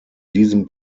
diesem